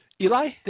Eli